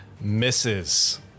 misses